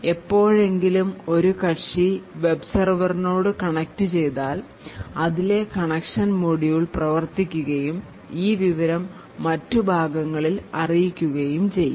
എപ്പോഴെങ്കിലും ഒരു കക്ഷി വെബ് സെർവർ നോട് കണക്ട് ചെയ്താൽ അതിലെ കണക്ഷൻ മൊഡ്യൂൾ പ്രവർത്തിക്കുകയും ഈ വിവരം മറ്റു ഭാഗങ്ങളിൽ അറിയിക്കുകയും ചെയ്യും